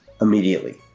immediately